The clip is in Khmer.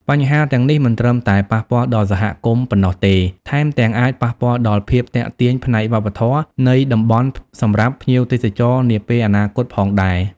បញ្ហាទាំងនេះមិនត្រឹមតែប៉ះពាល់ដល់សហគមន៍ប៉ុណ្ណោះទេ ថែមទាំងអាចប៉ះពាល់ដល់ភាពទាក់ទាញផ្នែកវប្បធម៌នៃតំបន់សម្រាប់ភ្ញៀវទេសចរនាពេលអនាគតផងដែរ។